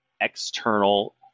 external